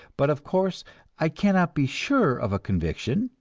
but of course i cannot be sure of a conviction,